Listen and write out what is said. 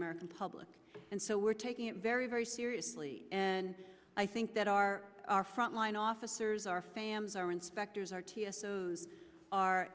american public and so we're taking it very very seriously and i think that our our frontline officers our fams our inspectors r t s those are